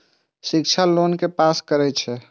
शिक्षा लोन के पास करें छै?